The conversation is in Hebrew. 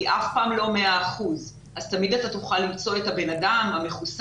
היא אף פעם לא 100 אחוזים ותמיד תוכל לפסול את הבן אדם המחוסן,